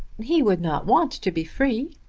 he would not want to be free.